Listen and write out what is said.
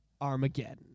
Armageddon